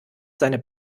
seine